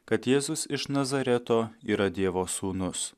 kad jėzus iš nazareto yra dievo sūnus